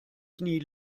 knie